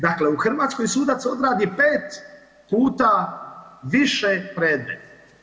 Dakle, u Hrvatskoj sudac odradi 5 puta više predmeta.